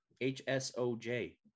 H-S-O-J